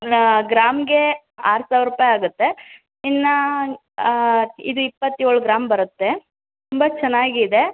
ಅಲ್ಲ ಗ್ರಾಮ್ಗೆ ಆರು ಸಾವಿರ ರೂಪಾಯಿ ಆಗುತ್ತೆ ಇನ್ನು ಇದು ಇಪ್ಪತ್ತೇಳು ಗ್ರಾಮ್ ಬರುತ್ತೆ ತುಂಬ ಚೆನ್ನಾಗಿದೆ